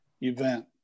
event